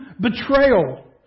betrayal